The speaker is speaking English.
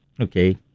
Okay